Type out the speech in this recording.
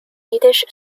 yiddish